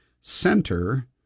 center